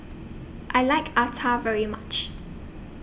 I like Acar very much